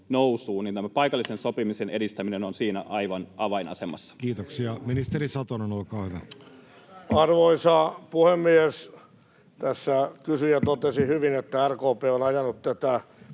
Erinomainen kysymys, erinomainen vastaus!] Kiitoksia. — Ministeri Satonen, olkaa hyvä. Arvoisa puhemies! Tässä kysyjä totesi hyvin, että RKP on ajanut tätä